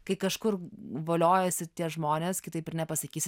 kai kažkur voliojasi tie žmonės kitaip ir nepasakysi